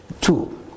Two